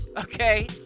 okay